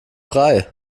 frei